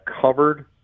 covered